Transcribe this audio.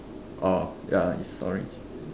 orh ya is orange